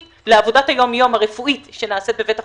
לעבודת היום-יום הרפואית שנעשית בבית החולים.